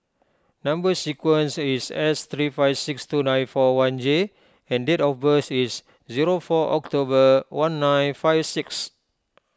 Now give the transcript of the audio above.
Number Sequence is S three five six two nine four one J and date of birth is zero four October one nine five six